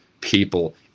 people